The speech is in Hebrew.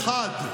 באופן חד,